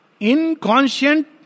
Inconscient